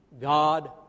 God